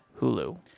Hulu